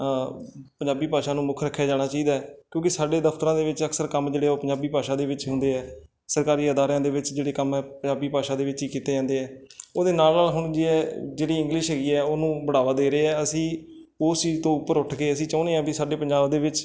ਪੰਜਾਬੀ ਭਾਸ਼ਾ ਨੂੰ ਮੁੱਖ ਰੱਖਿਆ ਜਾਣਾ ਚਾਹੀਦਾ ਹੈ ਕਿਉਂਕਿ ਸਾਡੇ ਦਫਤਰਾਂ ਦੇ ਵਿੱਚ ਅਕਸਰ ਕੰਮ ਜਿਹੜੇ ਆ ਉਹ ਅਕਸਰ ਪੰਜਾਬੀ ਭਾਸ਼ਾ ਦੇ ਵਿੱਚ ਹੁੰਦੇ ਆ ਸਰਕਾਰੀ ਅਦਾਰਿਆਂ ਦੇ ਵਿੱਚ ਜਿਹੜੇ ਕੰਮ ਹੈ ਪੰਜਾਬੀ ਭਾਸ਼ਾ ਦੇ ਵਿੱਚ ਹੀ ਕੀਤੇ ਜਾਂਦੇ ਆ ਉਹਦੇ ਨਾਲ ਨਾਲ ਹੁਣ ਜੇ ਜਿਹੜੀ ਇੰਗਲਿਸ਼ ਹੈਗੀ ਐ ਉਹਨੂੰ ਬੜਾਵਾ ਦੇ ਰਹੇ ਆ ਅਸੀਂ ਉਸ ਚੀਜ਼ ਤੋਂ ਉੱਪਰ ਉੱਠ ਕੇ ਅਸੀਂ ਚਾਹੁੰਦੇ ਹਾਂ ਵੀ ਸਾਡੇ ਪੰਜਾਬ ਦੇ ਵਿੱਚ